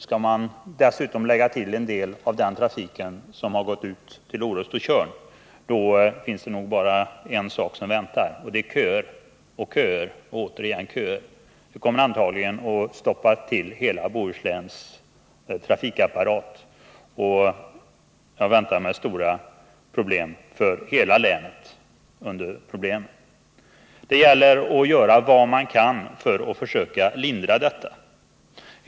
Skall man dessutom lägga till en del av den trafik som gått till Orust och Tjörn är det nog bara en sak som väntar, och det är köer och köer och återigen köer. Det kommer antagligen att stoppa upp hela Bohusläns trafikapparat, och jag väntar mig stora problem för hela länet. Det gäller att göra vad som kan göras för att försöka lindra problemen.